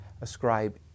ascribe